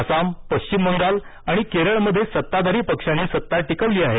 आसाम पश्चिम बंगाल आणि केरळमधे सत्ताधारी पक्षांनी सत्ता कायम टिकवली आहे